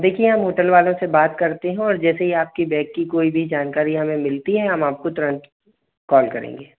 देखिए हम होटल वालों से बात करते हैं और जैसे ही आपकी बैग की कोई भी जानकारी हमें मिलती है हम आपको तुरंत कॉल करेंगे